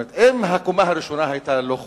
אם הקומה הראשונה היתה לא חוקית,